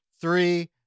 Three